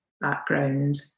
background